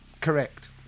correct